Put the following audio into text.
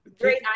great